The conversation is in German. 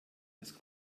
das